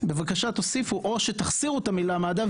בבקשה תוסיפו או שתחסירו את המילה מד"א.